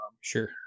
sure